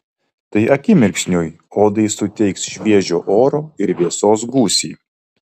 tai akimirksniui odai suteiks šviežio oro ir vėsos gūsį